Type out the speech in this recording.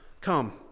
Come